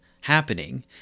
happening